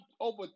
over